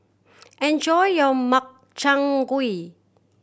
enjoy your Makchang Gui